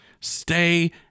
Stay